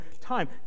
time